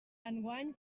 enguany